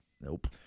Nope